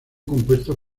compuestas